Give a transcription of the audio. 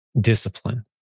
discipline